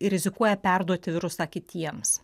rizikuoja perduoti virusą kitiems